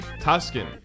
tuscan